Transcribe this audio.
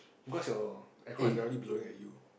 because your air con is directly blowing at you